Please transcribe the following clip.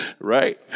Right